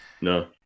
No